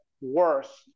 worse